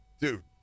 dude